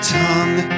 tongue